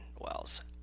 Wells